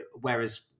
Whereas